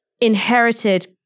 inherited